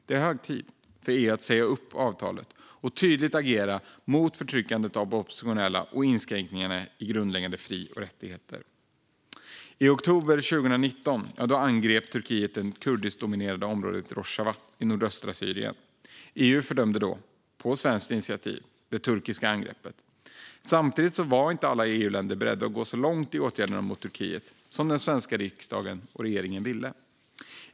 Det är hög tid för EU att säga upp avtalet och tydligt agera mot förtrycket av oppositionella och inskränkningarna i grundläggande fri och rättigheter. I oktober 2019 angrep Turkiet det kurdiskdominerade området Rojava i nordöstra Syrien. EU fördömde då, på svenskt initiativ, det turkiska angreppet. Samtidigt var inte alla EU-länder beredda att gå så långt i åtgärderna mot Turkiet som den svenska riksdagen och regeringen ville.